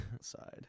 side